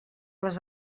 les